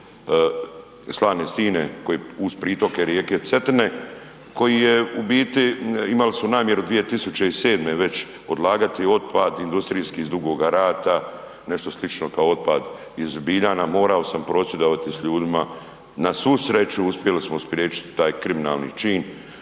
Slane stine koji je uz pritoke rijeke Cetine, koji je u biti, imali su namjeru 2007. već odlagati otpad industrijski s Dugoga rata, nešto slično kao otpad iz Biljana, morao sam prosvjedovati s ljudima. Na svu sreću uspjeli smo spriječiti taj kriminalni čin